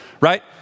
right